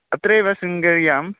अत्रैव शृङ्गेर्यां